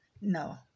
no